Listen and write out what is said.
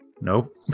Nope